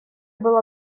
было